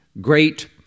great